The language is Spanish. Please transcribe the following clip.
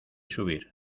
subir